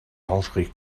mangerez